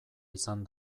izan